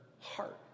heart